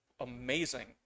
amazing